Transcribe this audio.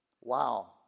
Wow